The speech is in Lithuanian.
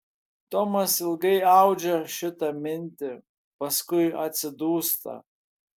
tomas ilgai audžia šitą mintį paskui atsidūsta